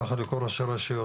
ככה לכל ראשי הרשויות,